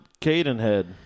Cadenhead